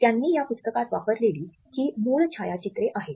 त्यांनी या पुस्तकात वापरलेली ही मूळ छायाचित्रे आहेत